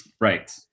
Right